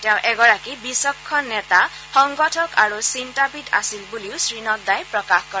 তেওঁ এগৰাকী বিচক্ষণ নেতা সংগঠক আৰু চিন্তাবিদ আছিল বুলিও শ্ৰীনাড্ডাই প্ৰকাশ কৰে